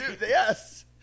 Yes